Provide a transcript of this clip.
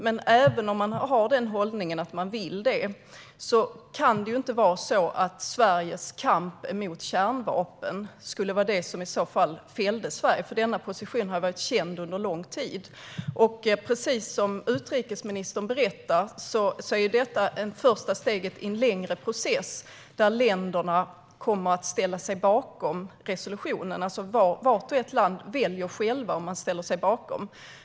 Men även om man vill det skulle väl inte Sveriges kamp mot kärnvapen vara det som skulle fälla Sverige. Denna position har varit känd under lång tid. Precis som utrikesministern sa är ju detta ett första steg i en längre process där länderna ställer sig bakom resolutionen. Varje land väljer självt om man ska ställa sig bakom.